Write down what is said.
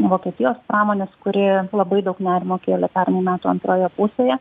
vokietijos pramonės kuri labai daug na ir nukėlė pernai metų antroje pusėje